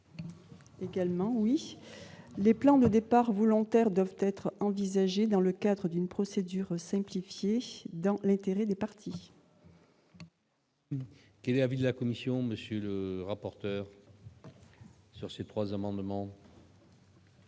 également, oui, les plans de départs volontaires doivent être envisagées dans le cadre d'une procédure simplifiée, dans l'intérêt des parties. Il y avait de la Commission, monsieur le rapporteur. Sur ces 3 amendements.